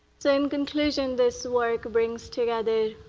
so in conclusion, this work brings together